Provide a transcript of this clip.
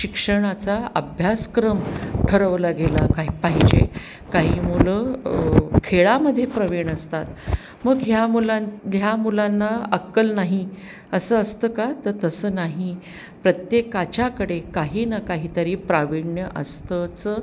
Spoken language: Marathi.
शिक्षणाचा अभ्यासक्रम ठरवला गेला काय पाहिजे काही मुलं खेळामध्ये प्रवीण असतात मग ह्या मुलां ह्या मुलांना अक्कल नाही असं असतं का तर तसं नाही प्रत्येकाच्याकडे काही ना काहीतरी प्रावीण्य असतंच